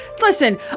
Listen